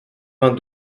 vingt